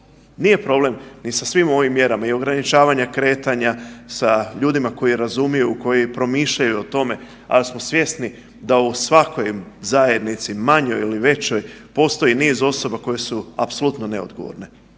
Nije problem ni sa svim ovim mjerama i ograničavanja kretanja, sa ljudima koji razumiju, koji promišljaju o tome, al smo svjesni da u svakoj zajednici manjoj ili većoj postoji niz osoba koje su apsolutno neodgovorne